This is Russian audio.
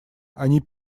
они